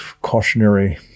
cautionary